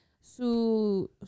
su